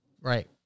Right